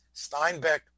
Steinbeck